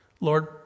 Lord